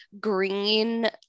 green